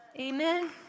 Amen